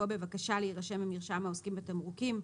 "בבקשה להירשם במרשם העוסקים בתמרוקים";"